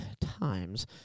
times